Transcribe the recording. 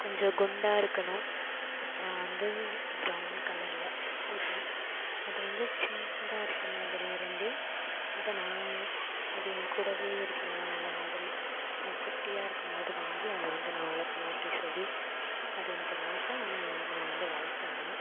கொஞ்சம் குண்டாக இருக்கணும் அப்புறம் வந்து பிரௌன் கலர்ல இருக்கணும் அது வந்து சின்னதாக இருக்கும்போதுலேயிருந்தே அதை நான் அது என்கூடவே இருக்கணும் அந்த மாதிரி அது குட்டியாக இருக்கும்போது வாங்கி அதை வந்து நான் வளர்க்கணும் அப்படி சொல்லி அது எனக்கு ஒரு ஆசை ஆனால் ஏன் நான் வந்து வளர்க்கல